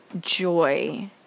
joy